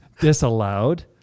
Disallowed